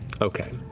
Okay